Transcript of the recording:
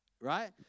Right